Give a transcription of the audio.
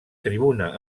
tribuna